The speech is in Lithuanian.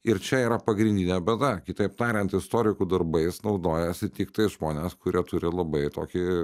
ir čia yra pagrindinė bėda kitaip tariant istorikų darbais naudojasi tiktais žmonės kurie turi labai tokį